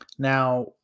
Now